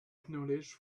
knowledge